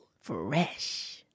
Fresh